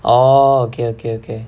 orh okay okay okay